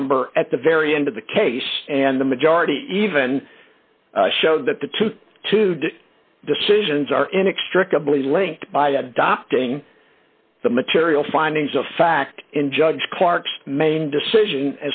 number at the very end of the case and the majority even show that the two to do decisions are inextricably linked by adopting the material findings of fact in judge clark's main decision